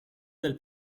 del